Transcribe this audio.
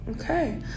Okay